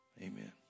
Amen